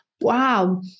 wow